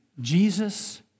Jesus